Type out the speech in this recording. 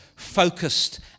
focused